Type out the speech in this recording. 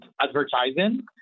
advertising